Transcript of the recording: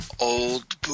old